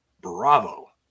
Bravo